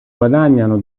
guadagnano